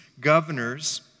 governors